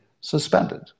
suspended